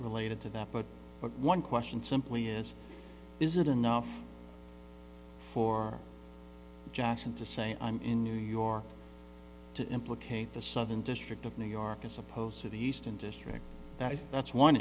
related to that but one question simply is is it enough for jackson to say i'm in new york to implicate the southern district of new york as opposed to the eastern district that that's one